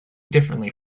differently